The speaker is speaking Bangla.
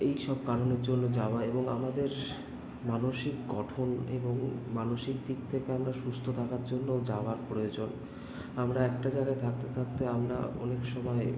এইসব কারণের জন্য যাওয়া এবং আমাদের মানসিক গঠন এবং মানুষিক দিক থেকে আমরা সুস্থ থাকার জন্যও যাওয়া প্রয়োজন আমরা একটা জায়গায় থাকতে থাকতে আমরা অনেক সময়